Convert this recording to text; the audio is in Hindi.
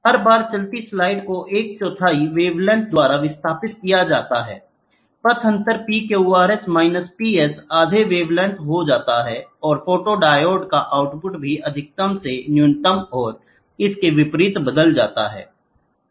हर बार चलती स्लाइड को एक चौथाई वेवलेंथ द्वारा विस्थापित किया जाता है पथ अंतर PQRS माइनस PS आधा वेवलेंथ हो जाता है और फोटोडायोड का आउटपुट भी अधिकतम से न्यूनतम और इसके विपरीत बदल जाता है